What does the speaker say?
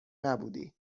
نبودی